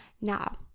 now